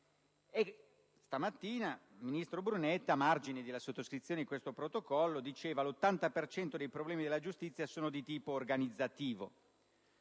Questa mattina il ministro Brunetta, a margine della sottoscrizione del protocollo, diceva che l'80 per cento dei problemi della giustizia è di tipo organizzativo.